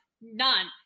None